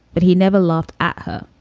but he never laughed at her.